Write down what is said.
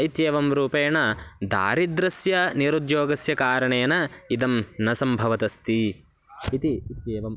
इत्येवं रूपेण दारिद्र्यस्य निरुद्योगस्य कारणेन इदं न सम्भवदस्ति इति इत्येवं